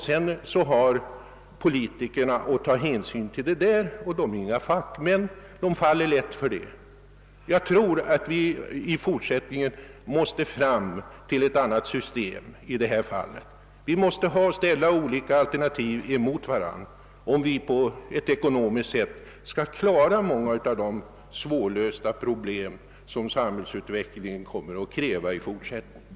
Sedan skall politikerna ta hänsyn till vad experterna kommit fram till. Politikerna är inga fackmän — de faller lätt för experternas resonemang. Jag tror att vi måste ha ett annat system som medger att olika alternativ ställs mot varandra, om vi ekonomiskt skall kunna lösa de svåra problem som samhällsutvecklingen kommer att ställa i fortsättningen.